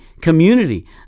community